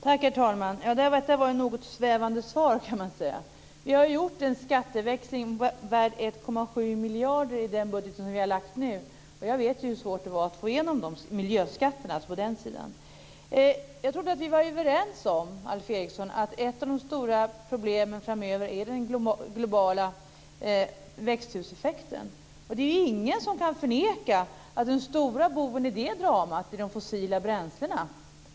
Herr talman! Det var ett något svävande svar, kan man säga. Vi har gjort en skatteväxling värd 1,7 miljarder i den budget som vi har lagt fram nu. Jag vet hur svårt det var att få igenom de miljöskatterna på den sidan. Jag trodde att vi var överens om, Alf Eriksson, att ett av de stora problemen framöver är den globala växthuseffekten. Det är ingen som kan förneka att den stora boven i det dramat är de fossila bränslena.